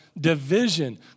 division